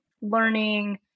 learning